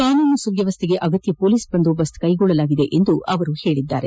ಕಾನೂನು ಸುವ್ಯವಸ್ಥೆಗೆ ಅಗತ್ಯ ಪೊಲೀಸ್ ಬಂದೋಬಸ್ತ್ ಕೈಗೊಳ್ಳಲಾಗಿದೆ ಎಂದು ಅವರು ತಿಳಿಸಿದ್ದಾರೆ